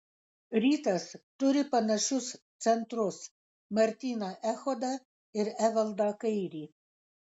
rytas turi panašius centrus martyną echodą ir evaldą kairį